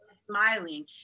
smiling